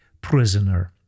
prisoner